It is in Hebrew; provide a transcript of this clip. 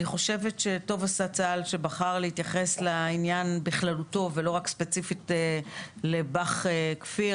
טוב עשה צה"ל שבחר להתייחס לעניין בכללותו ולא רק ספציפית לבא"ח כפיר.